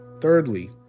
Thirdly